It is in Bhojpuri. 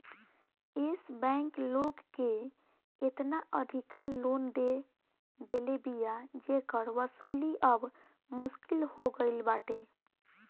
एश बैंक लोग के एतना अधिका लोन दे देले बिया जेकर वसूली अब मुश्किल हो गईल बाटे